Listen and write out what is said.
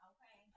Okay